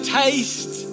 taste